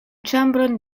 ĉambron